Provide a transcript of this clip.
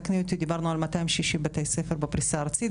תקני אותי דיברנו על 260 בתי ספר בפריסה ארצית,